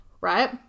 right